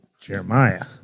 Jeremiah